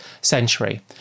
century